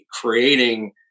creating